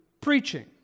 preaching